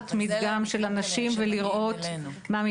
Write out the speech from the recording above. לקחת מדגם של אנשים ולראות מה,